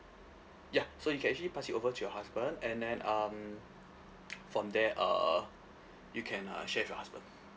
ya so you can actually pass it over to your husband and then um from there uh you can uh share with your husband